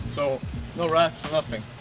so no rats, nothing.